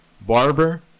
barber